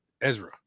Ezra